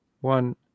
one